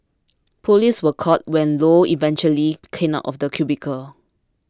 police were called when Low eventually came out of the cubicle